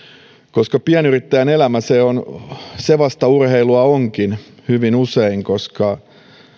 koska pienyrittäjän elämä se vasta urheilua onkin hyvin usein koska kun